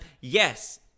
Yes